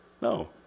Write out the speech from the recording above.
No